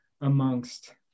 amongst